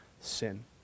sin